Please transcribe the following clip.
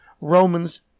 Romans